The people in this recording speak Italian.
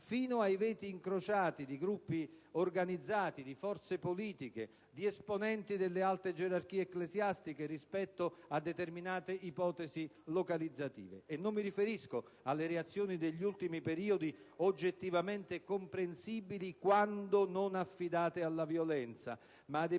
ai veti incrociati di gruppi organizzati, di forze politiche, di esponenti delle alte gerarchie ecclesiastiche rispetto a determinate ipotesi allocative. E non mi riferisco alle reazioni degli ultimi periodi, oggettivamente comprensibili quando non affidate alla violenza, ma ad